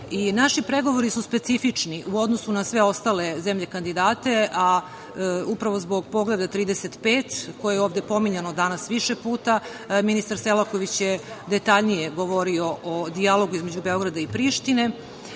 pregovori su specifični u odnosu na sve ostale zemlje kandidate, a upravo zbog Poglavlja 35, koje je ovde pominjano danas više puta, ministar Selaković je detaljnije govorio o dijalogu između Beograda i Prištine.Međutim,